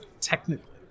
technically